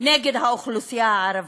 נגד האוכלוסייה הערבית,